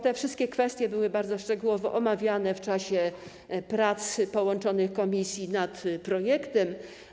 Te wszystkie kwestie były bardzo szczegółowo omawiane w czasie prac połączonych komisji nad projektem.